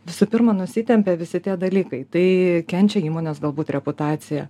visų pirma nusitempia visi tie dalykai tai kenčia įmonės galbūt reputacija